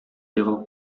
егылып